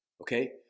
okay